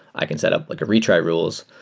i can set up like retry rules.